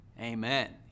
Amen